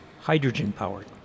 Hydrogen-powered